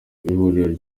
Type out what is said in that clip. ihuriro